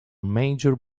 major